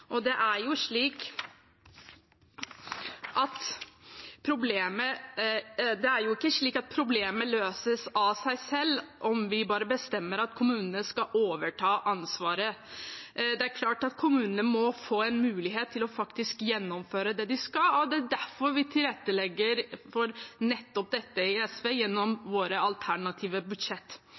Det er jo ikke slik at problemet løses av seg selv om vi bare bestemmer at kommunene skal overta ansvaret. Det er klart at kommunene må få en mulighet til faktisk å gjennomføre det de skal. Det er derfor vi tilrettelegger for nettopp dette i SV gjennom våre alternative budsjett.